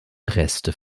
reste